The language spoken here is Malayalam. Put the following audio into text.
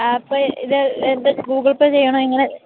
അപ്പോള് ഇത് എന്ത് ഗൂഗിൾ പേ ചെയ്യണമോ എങ്ങനെയാണ്